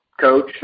Coach